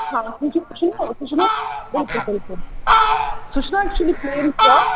سُہ چھُ نَہ بِلکُل بِلکُل سُہ چھُ نَہ اٮ۪کچُلی پٕلین فِراک